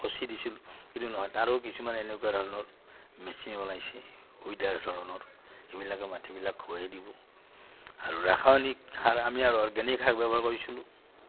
দিছিলোঁ কিন্তু নহয় তাৰো কিছুমান এনেকুৱা ধৰণৰ মেচিন ওলাইছে উইদাৰ ধৰণৰ এইবিলাকে মাটিবিলাক দিব আৰু ৰাসায়নিক সাৰ আমি আৰু অৰ্গেনিক সাৰ ব্যৱহাৰ কৰিছিলোঁ